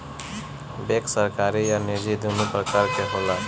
bank सरकारी आ निजी दुनु प्रकार के होला